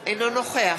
אינו נוכח